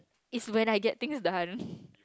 it's when I get things done